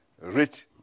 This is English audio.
rich